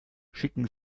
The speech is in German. schicken